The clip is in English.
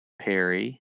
Perry